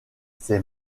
ses